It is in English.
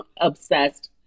obsessed